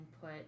put